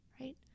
right